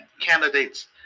candidates